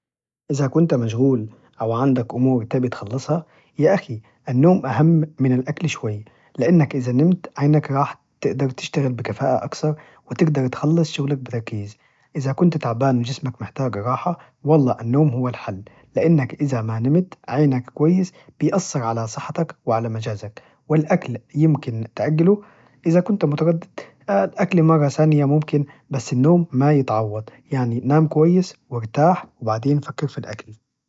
إذا كنت مشغول أو عندك أمور تبي تخلصها يا أخي، النوم أهم من الأكل شوي، لأنك إذا نمت عينك راح تقدر تشتغل بكفاءة أكثر وتقدر تخلص شغلك بتركيز، إذا كنت تعبان وجسمك محتاج راحة والله النوم هو الحل، لأنك إذا ما نمت عينك كويس بيأثر على صحتك وعلى مزاجك، والأكل يمكن تأجله، إذا كنت متردد الأكل مرة ثانية ممكن، بس النوم ما يتعوض يعني نام كويس وارتاح وبعدين فكر في الأكل.